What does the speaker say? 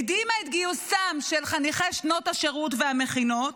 הקדימה את גיוסם של חניכי שנות השירות והמכינות,